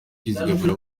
kwizigamira